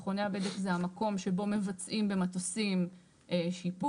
מכוני הבדק זה המקום שבו מבצעים במטוסים שיפוץ,